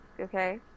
okay